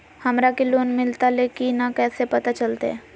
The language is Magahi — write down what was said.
हमरा के लोन मिलता ले की न कैसे पता चलते?